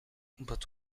but